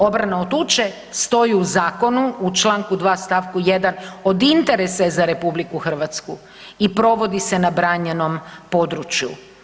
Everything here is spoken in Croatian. Obrana od tuče stoji u zakonu u čl. 2. st. 1. od interesa je za RH i provodi se na branjenom području.